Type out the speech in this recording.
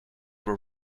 were